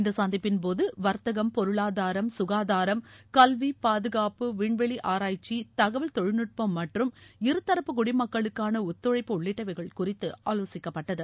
இந்த சந்திப்பின்போது வர்த்தகம் பொருளாதாரம் சுகாதாரம் கல்வி பாதுகாப்பு விண்வெளி ஆராய்ச்சி தகவல் தொழில்நுட்பம் மற்றும் இருதரப்பு குடிமக்களுக்கான ஒத்துழைப்பு உள்ளிட்டவைகள் குறித்து ஆலோசிக்கப்பட்டது